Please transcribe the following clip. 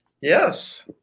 Yes